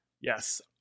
Yes